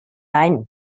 rein